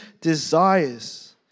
desires